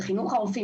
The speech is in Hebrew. חינוך הרופאים,